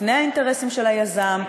לפני האינטרסים של היזם,